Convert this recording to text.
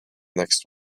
next